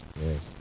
Yes